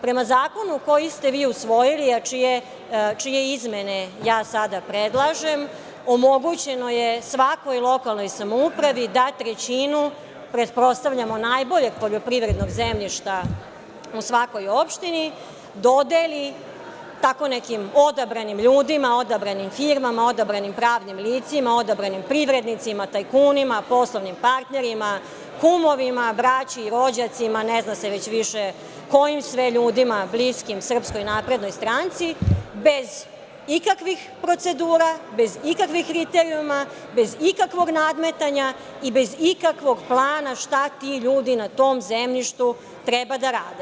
Prema zakonu koji ste vi usvojili, a čije izmene ja sada predlažem, omogućeno je svakoj lokalnoj samoupravi da trećinu, pretpostavljamo, najboljeg poljoprivrednog zemljišta u svakoj opštini dodeli tako nekim odabranim ljudima, odabranim firmama, odabranim pravnim licima, odabranim privrednicima, tajkunima, poslovnim partnerima, kumovima, braći i rođacima, ne zna se već više kojim sve ljudima bliskim SNS bez ikakvih procedura, bez ikakvih kriterijuma, bez ikakvog nadmetanja i bez ikakvog plana šta ti ljudi na tom zemljištu treba da rade.